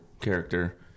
character